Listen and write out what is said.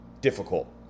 difficult